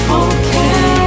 okay